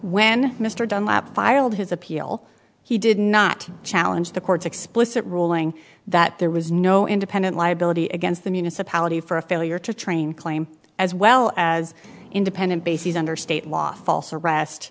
when mr dunlap filed his appeal he did not challenge the court's explicit ruling that there was no independent liability against the municipality for a failure to train claim as well as independent bases under state law false